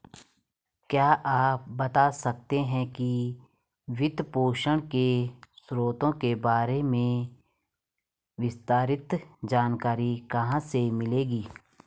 क्या आप बता सकते है कि वित्तपोषण के स्रोतों के बारे में विस्तृत जानकारी कहाँ से मिलेगी?